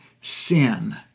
sin